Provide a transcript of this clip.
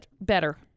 better